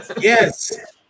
Yes